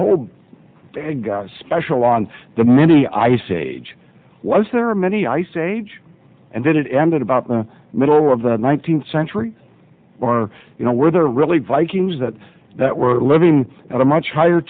whole special on the many ice age was there are many ice age and then it ended about the middle of the nineteenth century or you know were there really vikings that that were living at a much higher